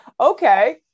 okay